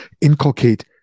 inculcate